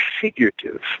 figurative